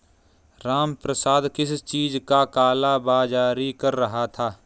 रामप्रसाद किस चीज का काला बाज़ारी कर रहा था